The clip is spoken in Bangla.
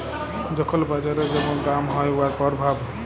যখল বাজারে যেমল দাম হ্যয় উয়ার পরভাব